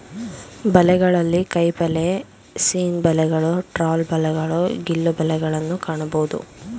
ಬಲೆಗಳಲ್ಲಿ ಕೈಬಲೆ, ಸೀನ್ ಬಲೆಗಳು, ಟ್ರಾಲ್ ಬಲೆಗಳು, ಗಿಲ್ಲು ಬಲೆಗಳನ್ನು ಕಾಣಬೋದು